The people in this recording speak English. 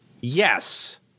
Yes